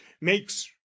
makes